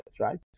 right